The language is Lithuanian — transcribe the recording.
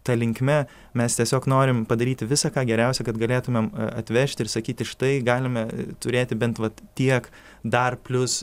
ta linkme mes tiesiog norim padaryti visa ką geriausia kad galėtumėm atvežti ir sakyti štai galime turėti bent vat tiek dar plius